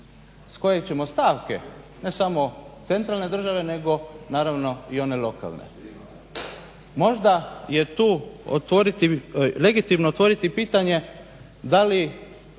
s koje ćemo stavke ne samo centralne države nego naravno i one lokalne. Možda je tu legitimno otvoriti pitanje da li